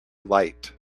light